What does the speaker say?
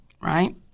right